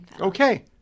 Okay